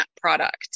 product